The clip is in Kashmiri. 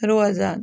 روزان